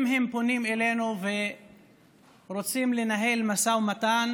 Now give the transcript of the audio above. אם הם פונים אלינו ורוצים לנהל משא ומתן